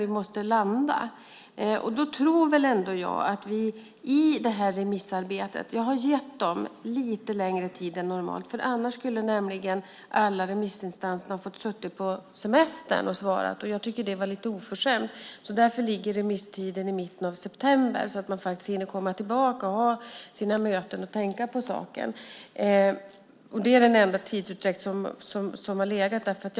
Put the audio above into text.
Vi måste landa någonstans i mitten. När det gäller remissarbetet har jag gett remissinstanserna lite längre tid än normalt. Annars skulle de nämligen fått sitta och svara under semestern, och det tycker jag hade varit lite oförskämt. Därför ligger remisstiden i mitten av september så att de hinner komma tillbaka från semestern och ha sina möten och tänka på saken. Det är den enda tidsutdräkt som finns.